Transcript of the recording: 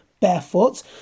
barefoot